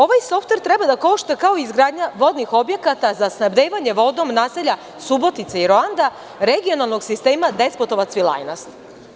Ovaj softver treba da košta kao izgradnja vodnih objekata za snabdevanje vodom naselja Subotica i Roanda, regionalnog sistema Despotovac-Svilajnac.